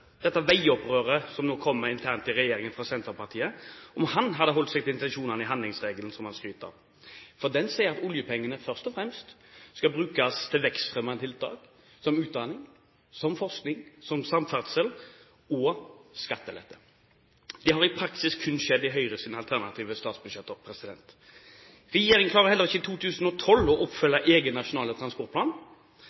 Den sier at oljepengene først og fremst skal brukes til vekstfremmende tiltak, som utdanning, forskning, samferdsel og skattelette. Det har i praksis kun skjedd i Høyres alternative statsbudsjetter. Regjeringen klarer heller ikke i 2012 å